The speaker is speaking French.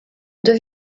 deux